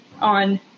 on